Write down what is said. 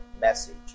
message